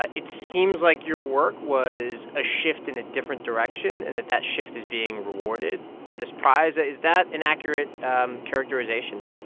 it seems like your work was a shift in a different direction and that that shift is being rewarded by this prize. ah is that an accurate um characterization?